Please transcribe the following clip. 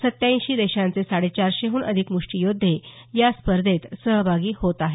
सत्त्याऐँशी देशांचे साडे चारशेहून अधिक मुष्टीयोद्धे या स्पर्धेत सहभागी होत आहेत